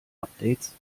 updates